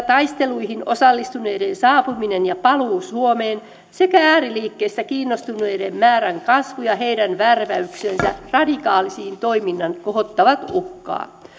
taisteluihin osallistuneiden saapuminen ja paluu suomeen sekä ääriliikkeistä kiinnostuneiden määrän kasvu ja heidän värväyksensä radikaaliin toimintaan kohottavat uhkaa